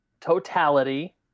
Totality